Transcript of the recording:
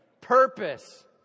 Purpose